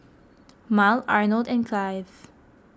Mal Arnold and Cleve